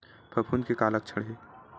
फफूंद के का लक्षण हे?